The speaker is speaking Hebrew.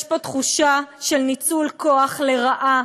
יש פה תחושה של ניצול כוח לרעה,